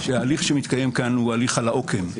שההליך שמתקיים כאן הוא הליך על העוקם.